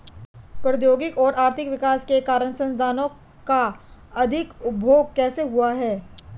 प्रौद्योगिक और आर्थिक विकास के कारण संसाधानों का अधिक उपभोग कैसे हुआ है?